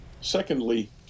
Secondly